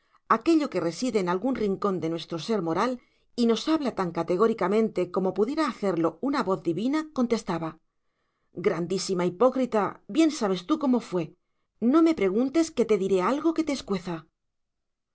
aquello que reside en algún rincón de nuestro ser moral y nos habla tan categóricamente como pudiera hacerlo una voz divina contestaba grandísima hipócrita bien sabes tú cómo fue no me preguntes que te diré algo que te escueza